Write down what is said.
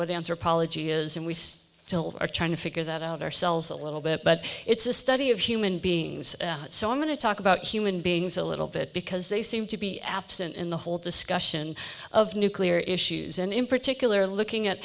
what anthropology is and we still are trying to figure that out ourselves a little bit but it's a study of human beings so i'm going to talk about human beings a little bit because they seem to be absent in the whole discussion of nuclear issues and in particular looking at